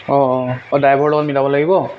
অঁ অঁ অঁ ড্ৰাইভাৰৰ লগত মিলাব লাগিব